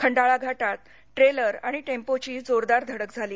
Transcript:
खंडाळा घाटात ट्रेलर आणि टेम्पोची जोरदार धडक झाली